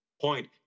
point